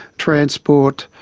transport,